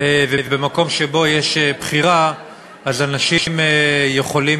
ובמקום שבו יש בחירה אנשים יכולים,